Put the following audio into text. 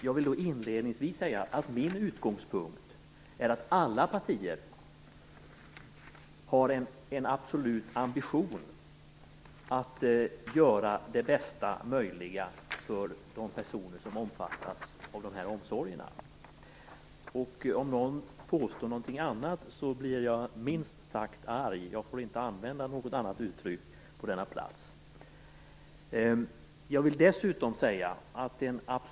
Jag vill inledningsvis säga att min utgångspunkt är att alla partier har en absolut ambition att göra det bästa möjliga för de personer som omfattas av dessa omsorger. Om någon påstår någonting annat, så blir jag minst sagt arg - jag får inte använda något annat uttryck på denna plats.